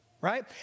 right